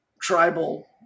tribal